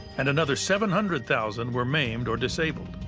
and another seven hundred thousand were maimed or disabled.